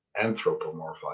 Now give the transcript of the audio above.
anthropomorphize